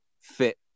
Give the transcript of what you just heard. fit